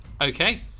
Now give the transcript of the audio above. Okay